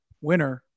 winner